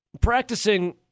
practicing